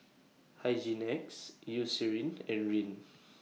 Hygin X Eucerin and Rene